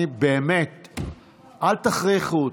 באמת, אל תכריחו אותי.